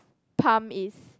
pump is